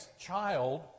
child